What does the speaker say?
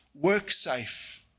WorkSafe